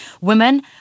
Women